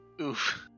Oof